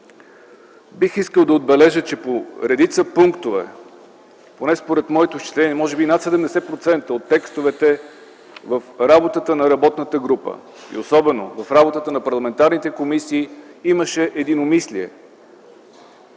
Бих искал да отбележа, че по редица пунктове, поне според моето изчисление може би над 70% от текстовете в работата на работната група, особено в работата на парламентарните комисии, имаше единомислие.